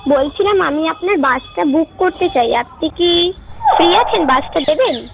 বলছিলাম আমি আপনার বাসটা বুক করতে চাই আপনি কি ফ্রি আছেন বাসটা দেবেন